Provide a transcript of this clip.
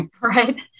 right